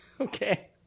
Okay